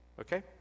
Okay